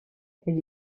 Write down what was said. elle